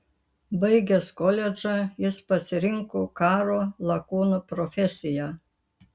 baigęs koledžą jis pasirinko karo lakūno profesiją